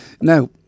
now